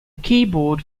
keyboard